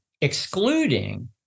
excluding